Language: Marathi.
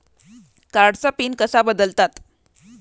कार्डचा पिन कसा बदलतात?